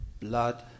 blood